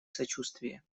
сочувствие